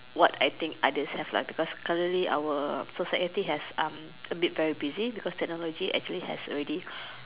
what I think others have lah because currently our society has um a bit very busy because technology actually has already